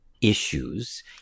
issues